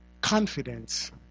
confidence